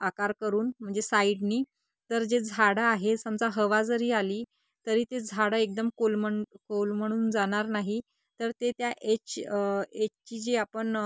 आकार करून म्हणजे साईडनी तर जे झाडं आहे समजा हवा जरी आली तरी ते झाडं एकदम कोलमंड कोलमडून जाणार नाही तर ते त्या एच एचची जी आपण